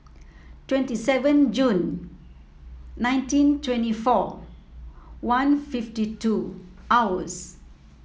twenty seven Jun nineteen twenty four one fifty two hours